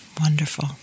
Wonderful